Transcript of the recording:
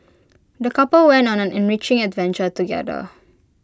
the couple went on an enriching adventure together